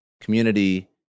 community